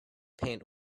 paint